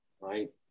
right